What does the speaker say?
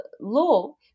law